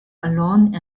alone